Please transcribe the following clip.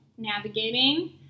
Navigating